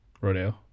Rodeo